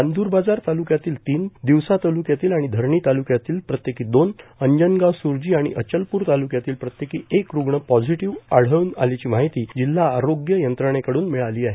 चांद्र बाजार ताल्क्यातील तीन दिवसात ताल्क्यातील आणि धारणी ताल्क्यातील प्रत्येकी दोन अंजनगाव स्र्जी आणि अचलपूर ताल्क्यातील प्रत्येकी एक रुग्ण पॉझिटिव्ह आढळून आल्याची माहिती जिल्हा आरोग्य यंत्रणेकडून मिळाली आहे